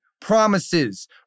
promises